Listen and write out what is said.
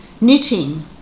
knitting